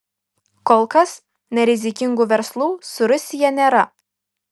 kol kas nerizikingų verslų su rusija nėra